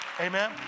amen